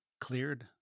cleared